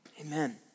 Amen